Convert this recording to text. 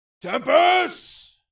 Tempest